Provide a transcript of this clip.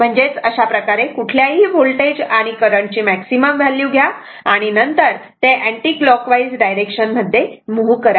म्हणजेच अशाप्रकारे कुठल्याही व्होल्टेज आणि करंट ची मॅक्सिमम व्हॅल्यू घ्या आणि नंतर ते अँटी क्लॉकवाईज डायरेक्शन मध्ये मूव्ह करा